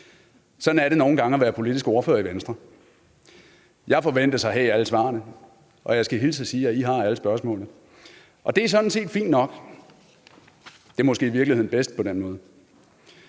Sådan er det nogle gange at være politisk ordfører i Venstre. Jeg forventes at have alle svarene, og jeg skal hilse og sige, at I har alle spørgsmålene, og det er sådan set fint nok. Det er måske i virkeligheden bedst på den måde.